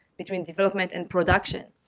between development and production.